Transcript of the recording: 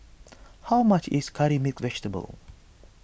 how much is Curry Mixed Vegetable